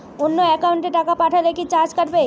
অন্য একাউন্টে টাকা পাঠালে কি চার্জ কাটবে?